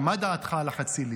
מה דעתך על חצילים?